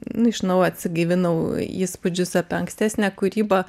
nu iš naujo atsigaivinau įspūdžius apie ankstesnę kūrybą